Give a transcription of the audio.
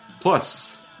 plus